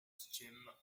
stream